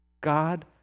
God